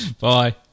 Bye